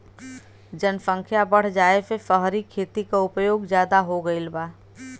जनसख्या बढ़ जाये से सहरी खेती क उपयोग जादा हो गईल बा